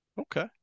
Okay